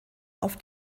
auf